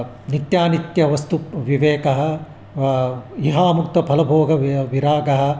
नित्यानित्यवस्तुविवेकः इहामुक्तफलभोगविरागः